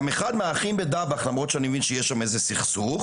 גם אחד מהאחים בדבח למרות שאני מבין שיש שם איזה סכסוך,